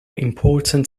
important